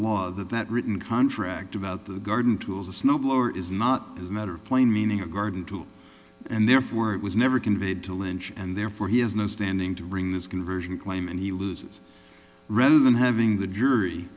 law that that written contract about the garden tools the snow blower is not as a matter of plain meaning a garden tool and therefore it was never conveyed to lynch and therefore he has no standing to bring this conversion claim and he loses rather than having the jury